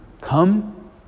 come